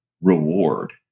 reward